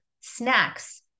snacks